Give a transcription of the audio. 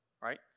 right